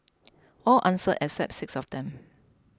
all answered except six of them